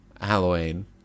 Halloween